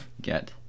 Get